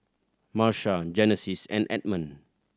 Marsha Genesis and Edmond